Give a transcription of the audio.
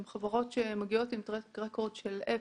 הן חברות שמגיעות עם track record של אפס,